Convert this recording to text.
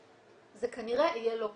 זה כנראה יהיה לא קל.